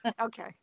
okay